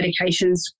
medications